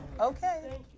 Okay